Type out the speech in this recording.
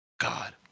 God